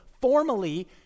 formally